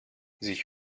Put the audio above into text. sie